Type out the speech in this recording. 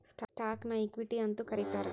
ಸ್ಟಾಕ್ನ ಇಕ್ವಿಟಿ ಅಂತೂ ಕರೇತಾರ